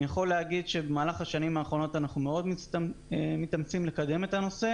אני יכול לומר שבמהלך השנים האחרונות אנחנו מאוד מתאמצים לקדם את הנושא.